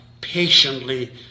patiently